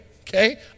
okay